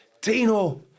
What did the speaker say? Tino